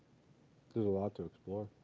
there's a lot to explore.